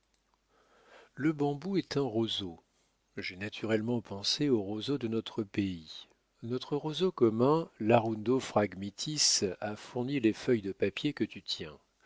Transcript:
le bambou est un roseau j'ai naturellement pensé aux roseaux de notre pays notre roseau commun l'arundo phragmitis a fourni les feuilles de papier que tu tiens